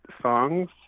songs